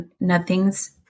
Nothing's